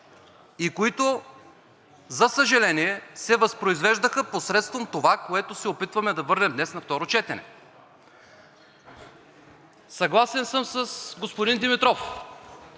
и които, за съжаление, се възпроизвеждаха посредством това, което се опитваме да върнем днес на второ четене. Съгласен съм с господин Димитров.